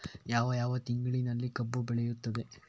ಯಾವ ಯಾವ ತಿಂಗಳಿನಲ್ಲಿ ಕಬ್ಬು ಬೆಳೆಯುತ್ತದೆ?